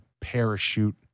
parachute